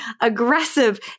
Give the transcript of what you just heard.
aggressive